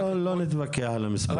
לא נתווכח על המספרים, זה דיון אחר.